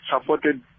supported